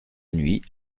nuit